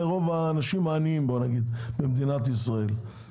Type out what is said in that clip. כי רוב האנשים העניים במדינת ישראל משתמשים בהם.